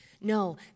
No